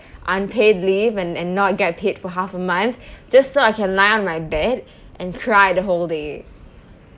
unpaid leave and and not get paid for half a month just so I can lie on my bed and cry the whole day